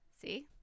see